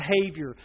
behavior